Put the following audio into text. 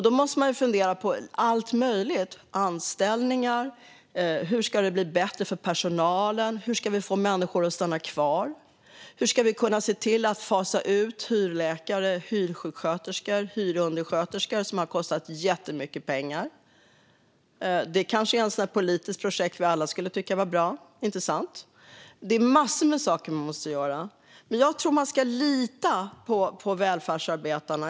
Då måste man fundera på allt möjligt - anställningar, hur det ska bli bättre för personalen och hur man ska få människor att stanna kvar. Hur ska vi kunna se till att fasa ut hyrläkare, hyrsjuksköterskor och hyrundersköterskor som har kostat jättemycket pengar? Det kanske är ett politiskt projekt som vi alla skulle tycka var bra. Inte sant? Det är massor med saker man måste göra. Men jag tror att man ska lita på välfärdsarbetarna.